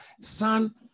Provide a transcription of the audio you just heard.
son